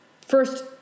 first